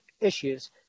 issues